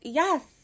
yes